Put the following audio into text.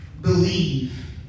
Believe